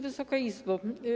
Wysoka Izbo!